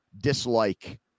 dislike